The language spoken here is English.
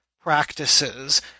practices